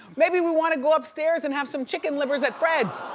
maybe we wanna go upstairs and have some chicken livers at freds,